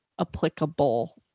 applicable